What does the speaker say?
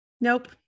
Nope